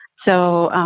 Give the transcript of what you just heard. so